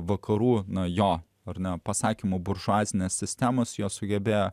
vakarų nuo jo ar ne pasakymo buržuazinės sistemos jos sugebėjo